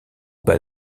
bas